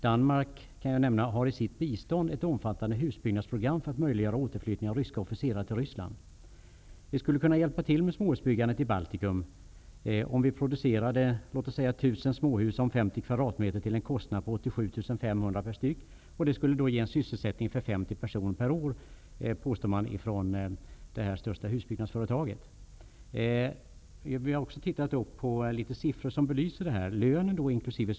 Jag kan nämna att Danmark i sitt bistånd har ett omfattande husbyggnadsprogram för att möjliggöra återflyttning av ryska officerare till Vi skulle kunna hjälpa till med småhusbyggandet i 50 kvadratmeter till en kostnad av 87 500 kr styck skulle detta ge sysselsättning för 50 personer per år, påstår småhusföretaget. Löner inkl.